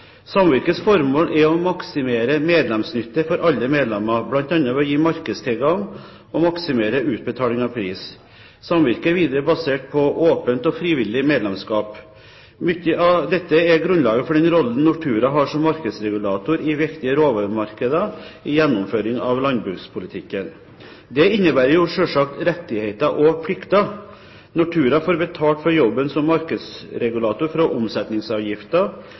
Samvirkets formål er å maksimere medlemsnytte for alle medlemmer, bl.a. ved å gi markedstilgang og maksimere utbetaling av pris. Samvirket er videre basert på åpent og frivillig medlemskap. Mye av dette er grunnlaget for den rollen Nortura har som markedsregulator i viktige råvaremarkeder i gjennomføringen av landbrukspolitikken. Det innebærer selvsagt rettigheter og plikter. Nortura får betalt for jobben som markedsregulator fra